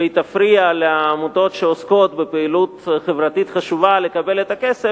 והיא תפריע לעמותות שעוסקות בפעילות חברתית חשובה לקבל את הכסף.